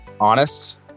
honest